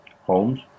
homes